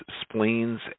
spleens